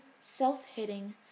self-hitting